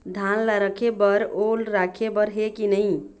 धान ला रखे बर ओल राखे बर हे कि नई?